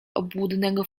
obłudnego